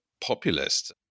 populist